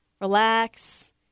relax